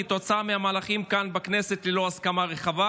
כתוצאה מהמהלכים כאן בכנסת ללא הסכמה רחבה.